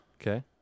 Okay